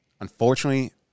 Unfortunately